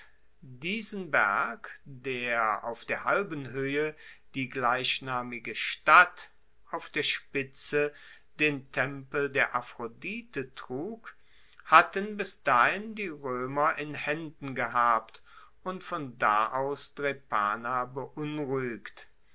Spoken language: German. diesen berg der auf der halben hoehe die gleichnamige stadt auf der spitze den tempel der aphrodite trug hatten bis dahin die roemer in haenden gehabt und von da aus drepana beunruhigt